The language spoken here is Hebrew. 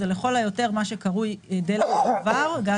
זה לכל היותר מה שקרוי "גז מעבר",